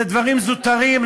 זה דברים זוטרים,